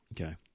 Okay